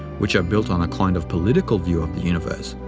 which are built on a kind of political view of the universe,